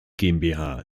gmbh